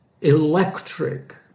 electric